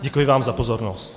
Děkuji vám za pozornost.